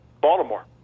Baltimore